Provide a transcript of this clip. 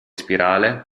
spirale